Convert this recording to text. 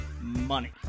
money